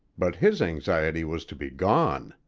but his anxiety was to be gone.